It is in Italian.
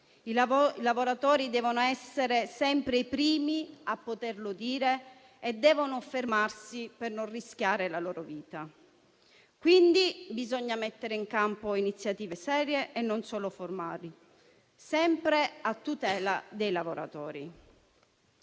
I lavoratori devono essere sempre i primi a poterlo dire e devono fermarsi per non rischiare la loro vita. Bisogna quindi mettere in campo iniziative serie e non solo formali, sempre a tutela dei lavoratori.